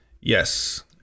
Yes